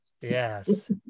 Yes